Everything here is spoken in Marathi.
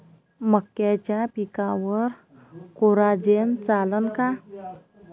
मक्याच्या पिकावर कोराजेन चालन का?